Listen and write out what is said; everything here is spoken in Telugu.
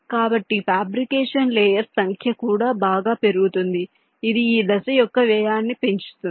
కాబట్టి ఫ్యాబ్రికేషన్ లేయర్స్ సంఖ్య కూడా బాగా పెరుగుతుంది ఇది ఈ దశ యొక్క వ్యయాన్ని పెంచుతుంది